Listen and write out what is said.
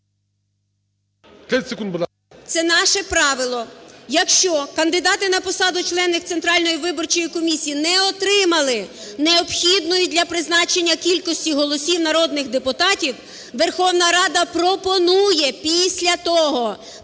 Це наше правило. Якщо кандидати на посаду членів Центральної виборчої комісії не отримали необхідної для призначення кількості голосів народних депутатів, Верховна Рада пропонує після того